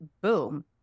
boom